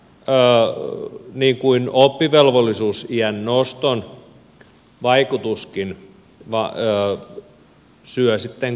tämä niin kuin oppivelvollisuusiän nostonkin vaikutus syö sitten kuntataloutta